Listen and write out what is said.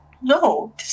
No